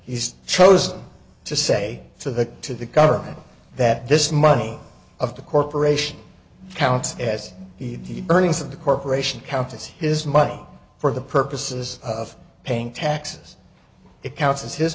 he's chosen to say to the to the government that this money of the corporation counts as the earnings of the corporation counts as his money for the purposes of paying taxes it counts as his